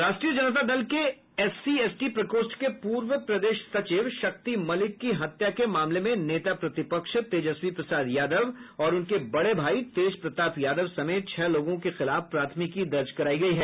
राष्ट्रीय जनता दल के एससीएसटी प्रकोष्ठ के पूर्व प्रदेश सचिव शक्ति मलिक की हत्या के मामले में नेता प्रतिपक्ष तेजस्वी प्रसाद यादव और उनके बड़े भाई तेजप्रताप यादव समेत छह लोगों के खिलाफ प्राथमिकी दर्ज कराई गई है